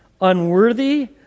unworthy